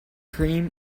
cream